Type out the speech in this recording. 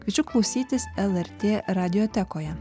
kviečiu klausytis lrt radiotekoje